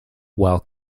while